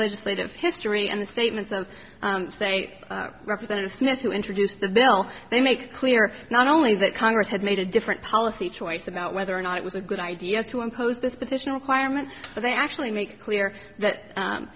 legislative history and the statements of say representative smith who introduced the bill they make clear not only that congress had made a different policy choice about whether or not it was a good idea to impose this petition requirement but they actually make it clear that